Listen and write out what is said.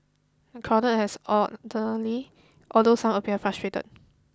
the crowd has orderly although some appeared frustrated